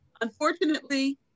Unfortunately